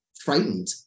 frightened